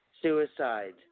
Suicide